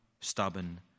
stubborn